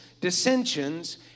dissensions